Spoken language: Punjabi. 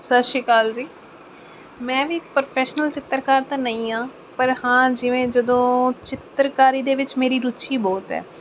ਸਤਿ ਸ਼੍ਰੀ ਅਕਾਲ ਜੀ ਮੈਂ ਵੀ ਪ੍ਰੋੋਫੈਸ਼ਨਲ ਚਿੱਤਰਕਾਰ ਤਾਂ ਨਹੀਂ ਹਾਂ ਪਰ ਹਾਂ ਜਿਵੇਂ ਜਦੋਂ ਚਿੱਤਰਕਾਰੀ ਦੇ ਵਿੱਚ ਮੇਰੀ ਰੁਚੀ ਬਹੁਤ ਹੈ